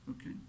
Okay